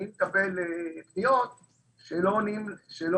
אני מקבל פניות על כך שלא עונים לבקשה,